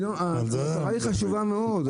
המטרה היא חשובה מאוד.